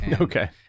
Okay